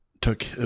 took